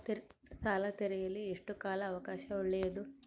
ಸಾಲ ತೇರಿಸಲು ಎಷ್ಟು ಕಾಲ ಅವಕಾಶ ಒಳ್ಳೆಯದು?